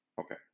okay